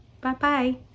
Bye-bye